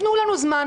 תנו לנו זמן,